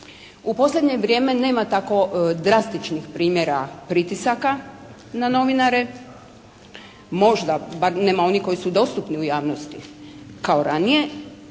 U posljednje vrijeme nema tako drastičnih primjera pritisaka na novinare, možda, bar nema onih koji su dostupni u javnosti kao ranije